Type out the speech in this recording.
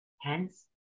Hence